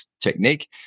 technique